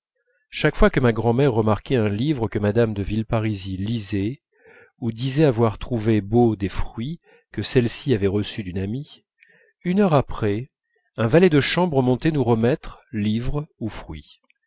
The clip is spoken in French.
chaque fois que ma grand'mère remarquait un livre que mme de villeparisis lisait ou disait avoir trouvé beaux des fruits que celle-ci avait reçus d'une amie une heure après un valet de chambre montait nous remettre livre ou fruits